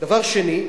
דבר שני,